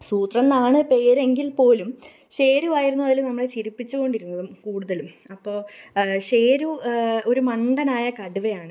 സൂത്രന് എന്നാണ് പേരെങ്കില് പോലും ഷേരുവായിരുന്നു അതിൽ നമ്മളെ ചിരിപ്പിച്ചു കൊണ്ടിരുന്നതും കൂടുതലും അപ്പോൾ ഷേരു ഒരു മണ്ടനായ കടുവയാണ്